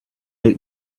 out